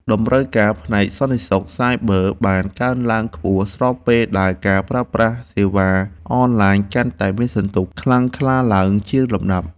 តម្រូវការផ្នែកសន្តិសុខសាយប័របានកើនឡើងខ្ពស់ស្របពេលដែលការប្រើប្រាស់សេវាអនឡាញកាន់តែមានសន្ទុះខ្លាំងក្លាឡើងជាលំដាប់។